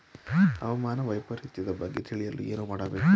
ಹವಾಮಾನ ವೈಪರಿತ್ಯದ ಬಗ್ಗೆ ತಿಳಿಯಲು ಏನು ಮಾಡಬೇಕು?